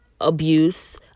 abuse